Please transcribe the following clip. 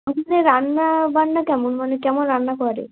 বলছি যে রান্নাবান্না কেমন মানে কেমন রান্না করে